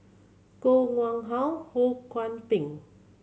Koh Nguang How Ho Kwon Ping